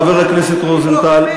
חבר הכנסת רוזנטל,